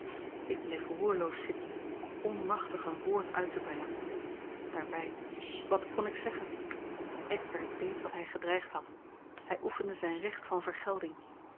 ik bleef roerloos zitten onmachtig een woord uit te brengen daarbij wat kon ik zeggen eckbert deed wat hij gedreigd had hij oefende zijn recht van